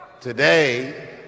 today